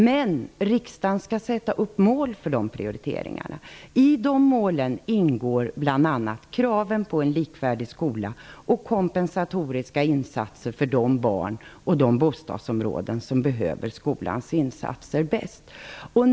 Men riksdagen skall sätta upp mål för dessa prioriteringar. I de målen ingår bl.a. kraven på en likvärdig skola och på kompensatoriska insatser för de barn och de bostadsområden som bäst behöver skolans insatser.